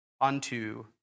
unto